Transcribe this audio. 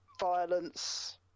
violence